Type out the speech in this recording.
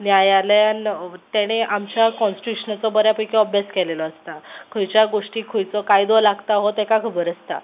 न्यायालयान तेणें आमच्या कॉन्स्टिट्युशनाचो बऱ्या पैकी अभ्यास केल्लो आसता खंयच्याय गोश्टीक खंयचो कायदो लागता हो तेका खबर आसता